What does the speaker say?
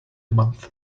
month